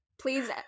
Please